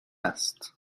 است